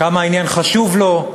כמה העניין חשוב לו,